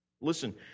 Listen